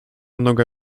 noga